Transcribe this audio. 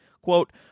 quote